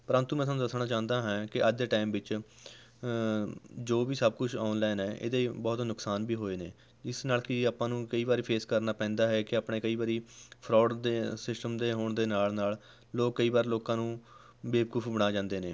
ਪ੍ਰੰਤੂ ਮੈਂ ਤੁਹਾਨੂੰ ਦੱਸਣਾ ਚਾਹੁੰਦਾ ਹੈ ਕਿ ਅੱਜ ਟਾਈਮ ਵਿੱਚ ਜੋ ਵੀ ਸਭ ਕੁਛ ਔਨਲਾਈਨ ਹੈ ਇਹਦੇ ਬਹੁਤ ਨੁਕਸਾਨ ਵੀ ਹੋਏ ਨੇ ਇਸ ਨਾਲ ਕੀ ਆਪਾਂ ਨੂੰ ਕਈ ਵਾਰੀ ਫੇਸ ਕਰਨਾ ਪੈਂਦਾ ਹੈ ਕਿ ਆਪਣੇ ਕਈ ਵਾਰੀ ਫਰੋਡ ਦੇ ਸਿਸਟਮ ਦੇ ਹੋਣ ਦੇ ਨਾਲ ਨਾਲ ਲੋਕ ਕਈ ਵਾਰ ਲੋਕਾਂ ਨੂੰ ਬੇਵਕੂਫ ਬਣਾ ਜਾਂਦੇ ਨੇ